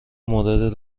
مورد